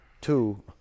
two